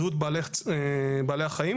בריאות בעלי החיים